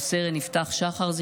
ורב-סרן יפתח שחר,